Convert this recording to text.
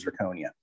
zirconia